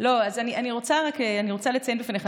אני רוצה לציין בפניך,